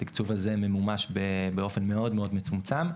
התקצוב הזה ממומש באופן מאוד מאוד מצומצם.